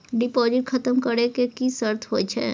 Deposit खतम करे के की सर्त होय छै?